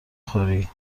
خری